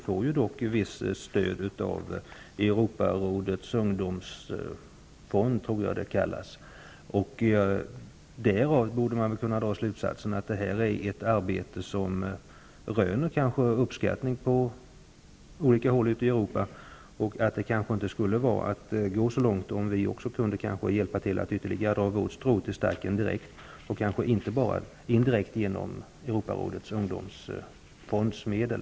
Den får ett visst stöd av Europarådets ungdomsfond. Därav borde man kunna dra slutsatsen att det här är ett arbete som röner uppskattning på olika håll ute i Europa. Det vore kanske inte att gå så långt om vi också kunde hjälpa till att direkt dra vårt strå till stacken och inte bara indirekt genom Europarådets ungdomsfonds medel.